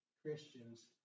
Christians